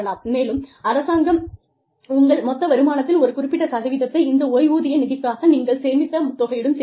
மேலும் அரசாங்கம் உங்கள் மொத்த வருமானத்தில் ஒரு குறிப்பிட்ட சதவீதத்தை இந்த ஓய்வூதிய நிதிக்காக நீங்கள் சேமித்த தொகையுடன் சேர்க்கிறது